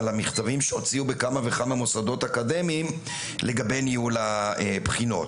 על המכתבים שהוציאו בכמה וכמה מוסדות אקדמיים לגבי ניהול הבחינות.